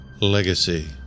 Legacy